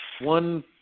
one